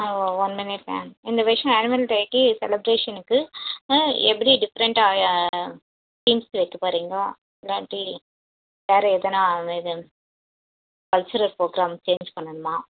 ஒ one minute ma'am இந்த வருஷம் ஆன்வல் டேக்கு செலிப்ரேஷனுக்கு எப்படி டிஃப்ரெண்டான தீம்ஸ் வைக்க போகிறீங்க இல்லாட்டி வேறு ஏதனா இது கல்ச்சுரல் ப்ரோக்ராம்ஸ் சேஞ்ச் பண்ணணுமா